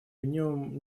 нем